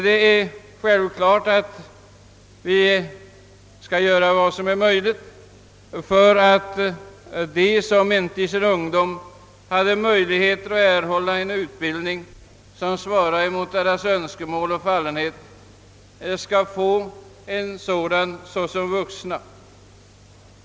Det är självklart att vi skall göra vad som är möjligt för att de som inte i sin ungdom kunde er hålla en utbildning som svarade mot deras önskemål och fallenhet skall få en sådan såsom vuxna.